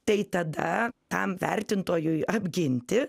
tai tada tam vertintojui apginti